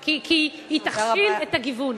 כי היא תכשיל את הגיוון.